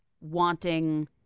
wanting